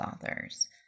authors